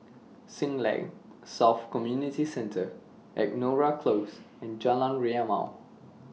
Siglap South Community Centre Angora Close and Jalan Rimau